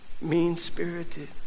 mean-spirited